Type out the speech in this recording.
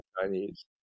Chinese